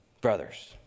brothers